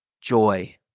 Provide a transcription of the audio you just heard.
Joy